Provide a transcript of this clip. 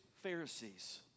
Pharisees